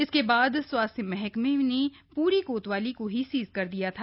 इसके बाद स्वास्थ्य महकमे ने पूरी कोतवाली को ही सीज कर दिया था